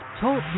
Talk